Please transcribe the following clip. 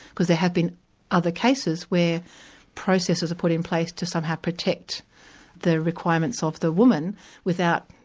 because there have been other cases where processes are put in place to somehow protect the requirements of the woman without,